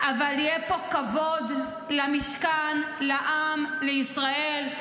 אבל יהיה פה כבוד למשכן, לעם, לישראל.